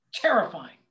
terrifying